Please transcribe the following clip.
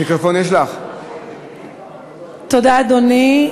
תודה, אדוני.